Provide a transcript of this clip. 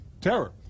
terror